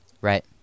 Right